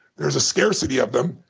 there's a scarcity of them.